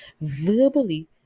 verbally